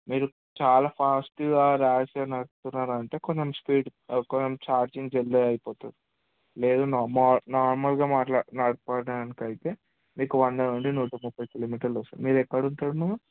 మీరు చాలా ఫాస్ట్గా ర్యాష్గా నడుపుతున్నారు అంటే కొంచం స్పీడ్ కొంచం ఛార్జింగ్ జల్దీగా అయిపోతుంది లేదు మామూలు నార్మల్గా మాట్లాడి న నడపడానికైతే మీకు వంద నుండి నూట ముప్పై కిలోమీటర్లు వస్తుంది మీరు ఎక్కడ ఉంటారు మ్యాడమ్